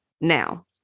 now